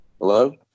Hello